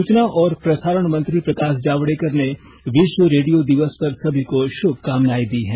सूचना और प्रसारण मंत्री प्रकाश जावेडकर ने विश्व रेडियो दिवस पर सभी को शुभकामनाएं दी हैं